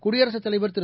குடியரசு தலைவர் திரு